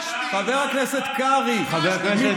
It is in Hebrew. ביקשתי, חבר הכנסת קרעי, מספיק.